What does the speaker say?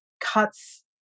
cuts